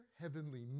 heavenly